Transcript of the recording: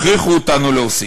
הכריחו אותנו להוסיף.